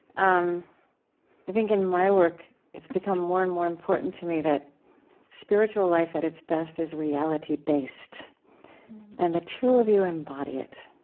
um i think in my work it's become more and more important to me that spiritual life at its best is reality-based and the two of you embody it.